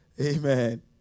Amen